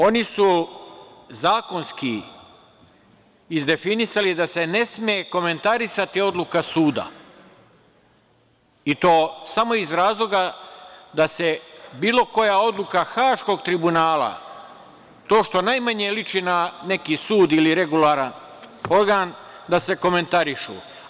Oni su zakonski izdefinisali da se ne sme komentarisati odluka suda, i to samo iz razloga da se bilo koja odluka Haškog tribunala, to što najmanje lični na neki sud ili regularan organ, da se komentariše.